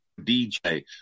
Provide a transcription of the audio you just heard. DJ